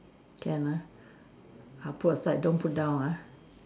can ah I put aside don't put down ah